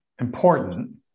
important